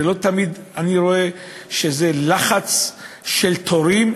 לא תמיד אני רואה שיש לחץ של תורים,